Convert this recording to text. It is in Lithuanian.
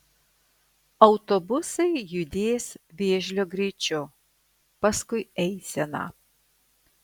autobusai judės vėžlio greičiu paskui eiseną